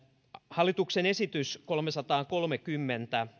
hallituksen esitys kolmesataakolmekymmentä